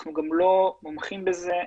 אנחנו גם לא מומחים בזה,